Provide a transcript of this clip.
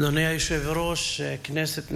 אדוני היושב-ראש, כנסת נכבדה,